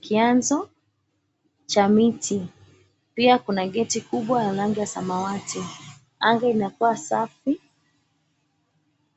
kianzo cha miti. Pia kuna geti kubwa ya rangi ya samawati. Anga inakuwa safi.